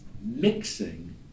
Mixing